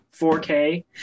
4k